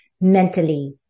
mentally